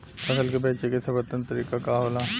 फसल के बेचे के सर्वोत्तम तरीका का होला?